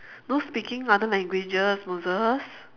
no speaking other languages moses